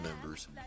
members